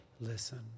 listen